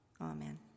amen